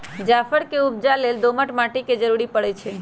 जाफर के उपजा लेल दोमट माटि के जरूरी परै छइ